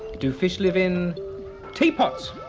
do fish live in teapots?